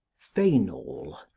fainall,